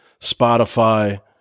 Spotify